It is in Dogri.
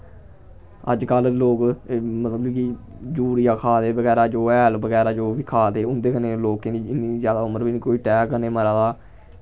अज्जकल लोग मतलब कि यूरिया खा दे बगैरा जो हैल बगैरा जो बी खा दे उदें कन्नै लोकें दी इ'न्नी जादा उमर बी नी कोई अटैक कन्नै मरा दा